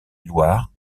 loire